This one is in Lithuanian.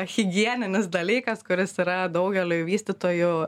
higieninis dalykas kuris yra daugeliui vystytojų